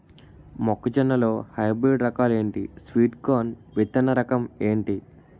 మొక్క జొన్న లో హైబ్రిడ్ రకాలు ఎంటి? స్వీట్ కార్న్ విత్తన రకం ఏంటి?